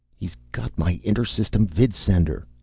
he's got my intersystem vidsender.